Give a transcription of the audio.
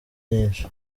myinshi